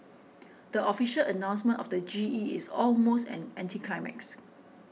the official announcement of the G E is almost an anticlimax